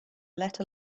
let